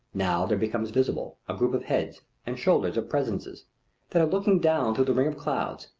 now there becomes visible a group of heads and shoulders of presences that are looking down through the ring of clouds,